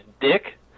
dick